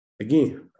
Again